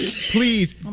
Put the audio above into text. please